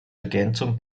ergänzung